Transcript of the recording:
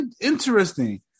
interesting